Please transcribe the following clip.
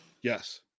Yes